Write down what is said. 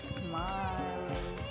smiling